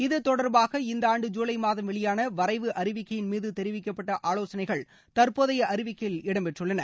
இது தொடர்பாக இந்த ஆண்டு ஜூலை மாதம் வெளியான வரைவு அறிவிக்கையின் மீது தெரிவிக்கப்பட்ட ஆவோசனைகள் தற்போதய அறிவிக்கையில் இடம்பெற்றுள்ளன